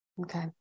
Okay